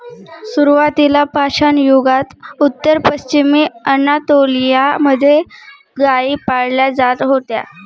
सुरुवातीला पाषाणयुगात उत्तर पश्चिमी अनातोलिया मध्ये गाई पाळल्या जात होत्या